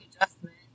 adjustment